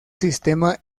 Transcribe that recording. sistema